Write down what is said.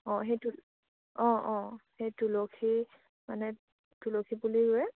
অঁ সেই অঁ অঁ সেই তুলসী মানে তুলসী পুলি ৰুৱে